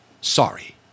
Sorry